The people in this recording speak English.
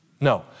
No